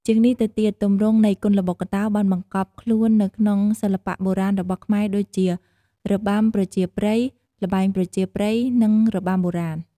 ជាងនេះទៅទៀត ទម្រង់នៃគុនល្បុក្កតោបានបង្កប់ខ្លួននៅក្នុងសិល្បៈបុរាណរបស់ខ្មែរដូចជា របាំប្រជាប្រិយ ល្បែងប្រជាប្រិយ និងរបាំបុរាណ។